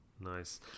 Nice